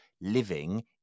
living